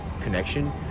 connection